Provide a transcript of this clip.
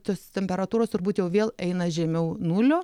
tos temperatūros turbūt jau vėl eina žemiau nulio